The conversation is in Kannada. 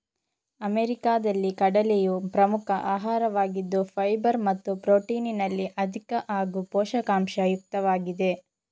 ಅಮೆರಿಕಾದಲ್ಲಿ ಕಡಲೆಯು ಪ್ರಮುಖ ಆಹಾರವಾಗಿದ್ದು ಫೈಬರ್ ಮತ್ತು ಪ್ರೊಟೀನಿನಲ್ಲಿ ಅಧಿಕ ಹಾಗೂ ಪೋಷಕಾಂಶ ಯುಕ್ತವಾಗಿದೆ